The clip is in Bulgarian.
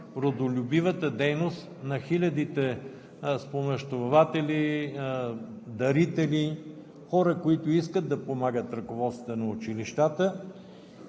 родолюбивата дейност на хилядите спомоществователи, дарители, хора, които искат да помагат на ръководствата на училищата.